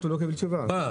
אתם יודעים למה